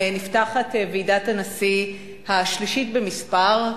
נפתחת ועידת הנשיא השלישית במספר,